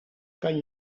kan